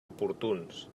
oportuns